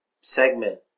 segment